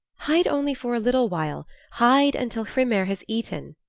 hide only for a little while! hide until hrymer has eaten,